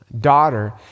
daughter